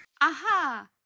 Aha